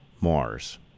Mars